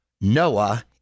Noah